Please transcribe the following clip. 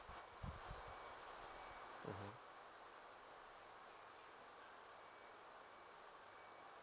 mmhmm